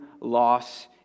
loss